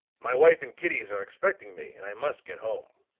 my wife and kiddies are expecting me, and i must get home.